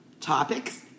topics